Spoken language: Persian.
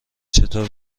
چطور